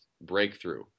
breakthrough